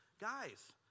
guys